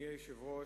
אדוני היושב-ראש,